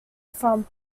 from